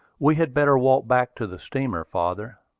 we had better walk back to the steamer, father,